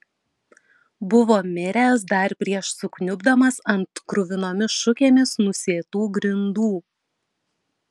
buvo miręs dar prieš sukniubdamas ant kruvinomis šukėmis nusėtų grindų